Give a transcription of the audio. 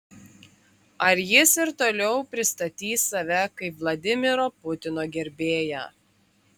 ar jis ir toliau pristatys save kaip vladimiro putino gerbėją